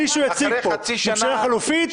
מישהו יציג פה ממשלה חלופית,